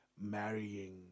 marrying